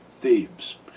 Thebes